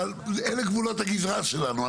אבל אלה גבולות הגזרה שלנו.